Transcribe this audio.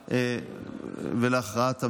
להצבעה ולהכרעת המליאה,